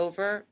Over